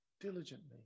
diligently